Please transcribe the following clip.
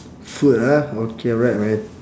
food ah okay alright man